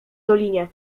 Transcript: dolinie